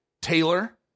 taylor